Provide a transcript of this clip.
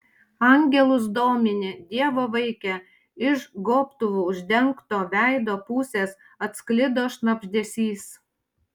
angelus domini dievo vaike iš gobtuvu uždengto veido pusės atsklido šnabždesys